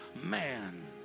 man